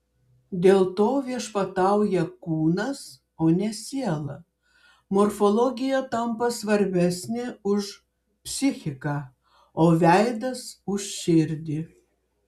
dėl to viešpatauja kūnas o ne siela morfologija tampa svarbesnė už psichiką o veidas už širdį